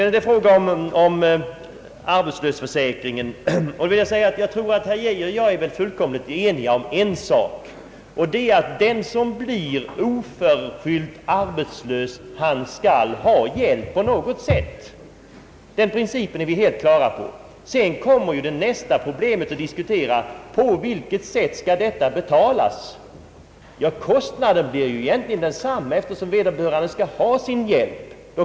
När det gäller arbetslöshetsförsäkringen är väl herr Geijer och jag fullkomligt eniga om en sak, nämligen att den som oförskyllt blir arbetslös skall ha hjälp på något sätt. Nästa problem att diskutera blir på vilket sätt detta skall betalas. Ja, kostnaden blir egentligen densamma eftersom vederbörande skall ha sin hjälp.